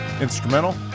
instrumental